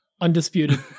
undisputed